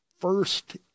first